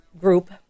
group